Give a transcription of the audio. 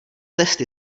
testy